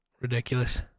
Ridiculous